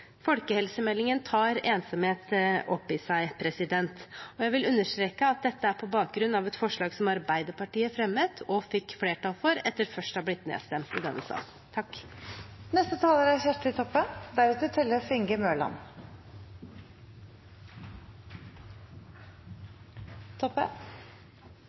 Folkehelsemeldingen tar ensomhet opp i seg. Jeg vil understreke at dette er på bakgrunn av et forslag som Arbeiderpartiet fremmet og fikk flertall for, etter først å ha blitt nedstemt i denne sal.